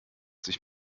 sich